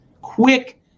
quick